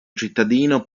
cittadino